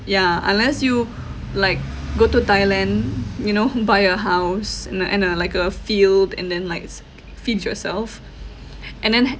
ya unless you like go to thailand you know buy a house and uh and uh like a field and then likes feed yourself and then